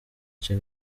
che